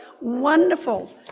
Wonderful